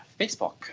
Facebook